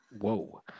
Whoa